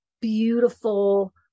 beautiful